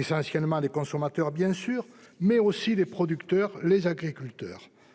Sur les consommateurs, bien sûr, mais aussi sur les agriculteurs.